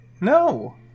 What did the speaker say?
No